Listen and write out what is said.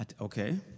Okay